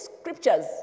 scriptures